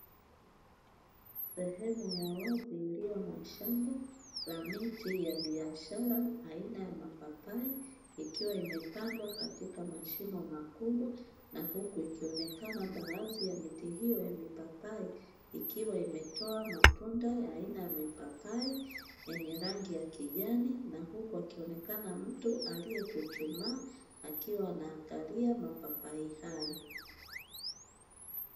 Sehemu ya wazi iliyo na shamba la miti ya biashara aina ya mapapai, ikiwa imepandwa katika mashimo makubwa na huku ikionekana baadhi ya miti hiyo ya mipapai ikiwa imetoa matunda ya aina ya mipapai yenye rangi ya kijani na huku akionekana mtu aliyechuchumaa akiwa anaangalia mapapai hayo.